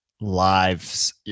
lives